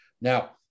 Now